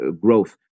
growth